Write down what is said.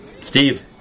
Steve